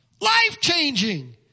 life-changing